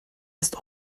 ist